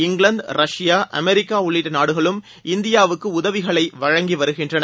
England Russia America உள்ளிட்ட நாடுகளும் இந்தியாவுக்கு உதவிகளை வழங்கி வருகின்றன